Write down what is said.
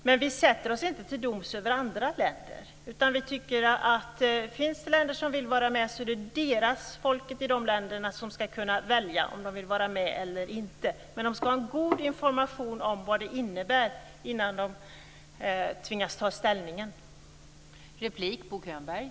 Men vi sätter oss inte till doms över andra länder, utan vi tycker att om det finns länder som vill vara med så är det människorna i dessa länder som ska kunna välja om de vill vara med eller inte. Men de ska ha en god information om vad det innebär innan de tvingas ta ställning till det.